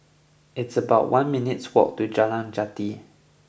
it's about one minutes' walk to Jalan Jati